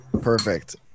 perfect